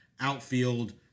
outfield